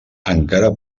encara